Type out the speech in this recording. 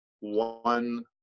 one